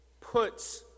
puts